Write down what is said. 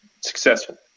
successful